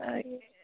آے